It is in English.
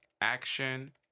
action